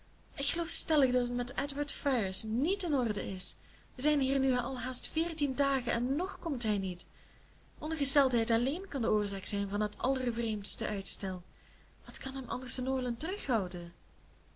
ik geloof stellig dat het met edward ferrars niet in orde is we zijn hier nu al haast veertien dagen en nog komt hij niet ongesteldheid alleen kan de oorzaak zijn van dat allervreemdste uitstel wat kan hem anders te norland terughouden